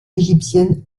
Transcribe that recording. égyptienne